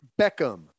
Beckham